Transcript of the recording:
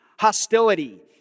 hostility